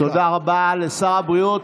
תודה רבה לשר הבריאות.